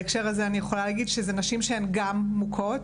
בקהילה, נשים שהן גם מוכות,